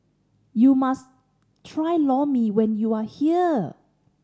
you must try Lor Mee when you are here